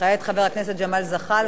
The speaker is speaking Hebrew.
וכעת חבר הכנסת ג'מאל זחאלקה.